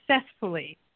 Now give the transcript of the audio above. successfully